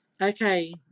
Okay